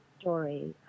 story